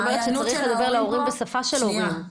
אומרת שצריך לדבר אל ההורים בשפה של הורים.